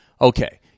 Okay